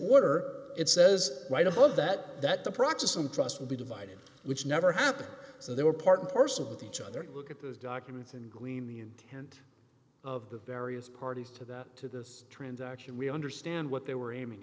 order it says right above that that the protestant trust will be divided which never happened so they were part and parcel with each other look at those documents and green the intent of the various parties to that to this transaction we understand what they were aiming